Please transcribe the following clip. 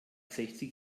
sechzig